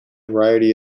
variety